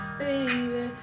baby